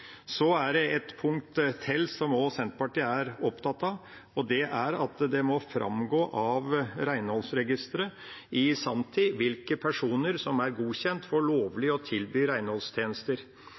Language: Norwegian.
Så er det et punkt til som Senterpartiet er opptatt av. Det er at det må framgå av renholdsregisteret i sanntid «hvilke personer som er godkjent for lovlig å tilby